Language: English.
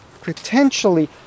potentially